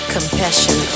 Compassion